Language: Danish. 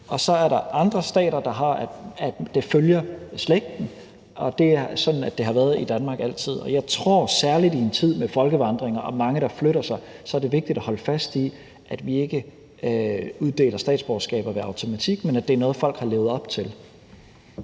Så er der andre stater, der siger, at det følger slægten. Og det er sådan, det har været i Danmark altid. Og jeg tror, at særlig i en tid med folkevandringer og mange, der flytter sig, er det vigtigt at holde fast i, at vi ikke uddeler statsborgerskab pr. automatik, men at det er noget, folk har levet op til.